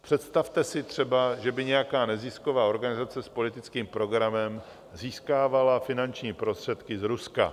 Představte si třeba, že by nějaká nezisková organizace s politickým programem získávala finanční prostředky z Ruska.